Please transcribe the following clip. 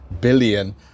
billion